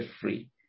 free